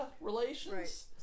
relations